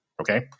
okay